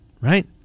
Right